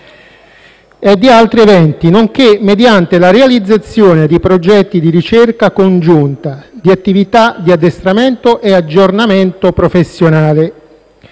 e di altri eventi, nonché mediante la realizzazione di progetti di ricerca congiunta, di attività di addestramento e aggiornamento professionale.